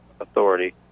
authority